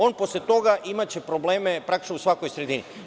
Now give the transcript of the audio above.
On će posle toga imati probleme praktično u svakoj sredini.